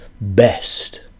best